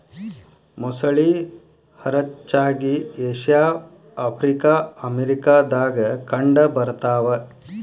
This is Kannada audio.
ಮೊಸಳಿ ಹರಚ್ಚಾಗಿ ಏಷ್ಯಾ ಆಫ್ರಿಕಾ ಅಮೇರಿಕಾ ದಾಗ ಕಂಡ ಬರತಾವ